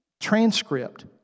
transcript